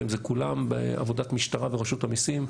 זה כולם בעבודת משטרה ורשות המיסים,